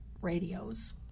radios